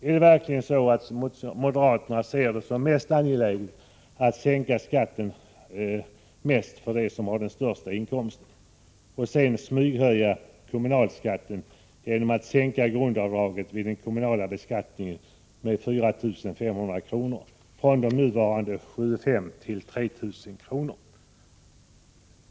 Är det verkligen så att moderaterna ser det som angelägnast att sänka skatten mest för dem som har den största inkomsten och sedan smyghöja kommunalskatten genom en sänkning av grundavdraget vid den kommunala beskattningen med 4 500 kr., från nuvarande 7 500 kr. till 3 000 kr.?